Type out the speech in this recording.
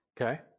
Okay